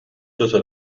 دوتا